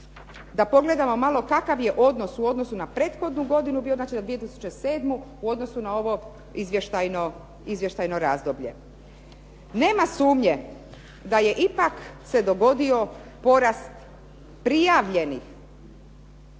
da pogledamo malo kakav je odnos u odnosu na prethodnu godinu bio na 2007. u odnosu na ovo izvještajno razdoblje. Nema sumnje da je ipak se dogodio porast prijavljenih